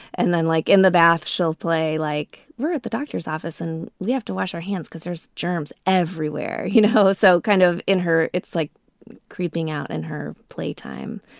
and then like in the bath, she'll play like we're at the doctor's office and we have to wash our hands because there's germs everywhere. you know, it's so kind of in her. it's like creeping out in her play time.